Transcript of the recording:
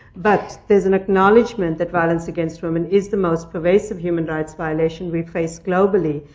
but there's an acknowledgement that violence against women is the most pervasive human rights violation we face globally.